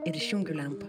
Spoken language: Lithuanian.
ir išjungiu lempą